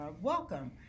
Welcome